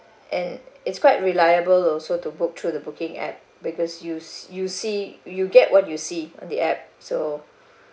and it's quite reliable also to book through the booking app because you you see you get what you see on the app so